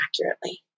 accurately